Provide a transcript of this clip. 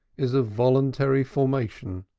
is of voluntary formation.